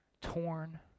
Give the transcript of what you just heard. torn